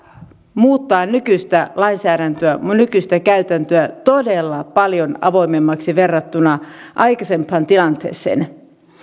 muuttaa nykyistä lainsäädäntöä nykyistä käytäntöä todella paljon avoimemmaksi verrattuna aikaisempaan tilanteeseen